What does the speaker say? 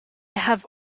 have